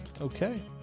Okay